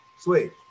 sweet